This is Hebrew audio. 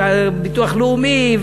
על ביטוח לאומי,